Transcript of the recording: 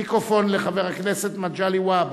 מיקרופון לחבר הכנסת מגלי והבה.